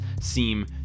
seem